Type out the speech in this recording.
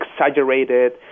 exaggerated